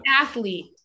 athlete